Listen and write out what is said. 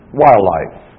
wildlife